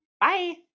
Bye